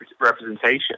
representation